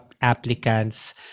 applicants